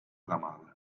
zamanı